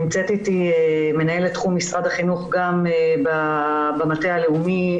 נמצאת אתי מנהלת תחום משרד החינוך במטה הלאומי